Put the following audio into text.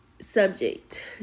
subject